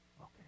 Okay